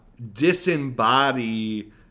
disembody